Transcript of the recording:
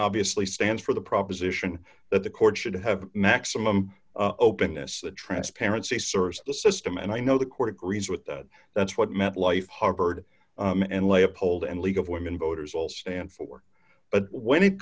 obviously stands for the proposition that the court should have maximum openness transparency serves the system and i know the court agrees with that that's what met life harbored and lay uphold and league of women voters will stand for but when it